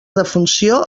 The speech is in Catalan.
defunció